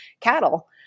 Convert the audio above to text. cattle